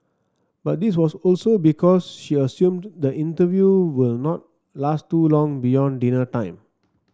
but this was also because she assumed the interview will not last too long beyond dinner time